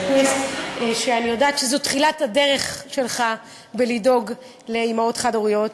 שאני יודעת שזו תחילת הדרך שלך בדאגה לאימהות חד-הוריות,